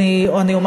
מה זה קשור?